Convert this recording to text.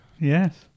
Yes